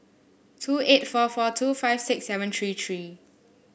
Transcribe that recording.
two eight four four two five six seven three three